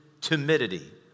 timidity